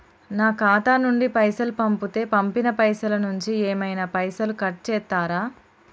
నా ఖాతా నుండి పైసలు పంపుతే పంపిన పైసల నుంచి ఏమైనా పైసలు కట్ చేత్తరా?